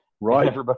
Right